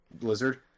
Blizzard